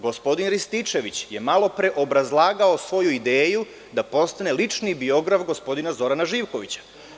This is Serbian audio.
Gospodin Rističević je malopre obrazlagao svoju ideju da postane lični biograf gospodina Zorana Živkovića.